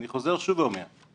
אני חוזר ואומר שוב,